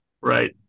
right